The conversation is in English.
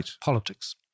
politics